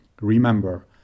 Remember